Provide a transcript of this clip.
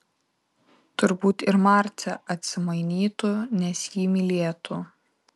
turbūt ir marcė atsimainytų nes jį mylėtų